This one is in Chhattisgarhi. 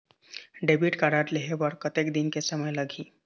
डेबिट कारड लेहे बर कतेक दिन के समय लगही?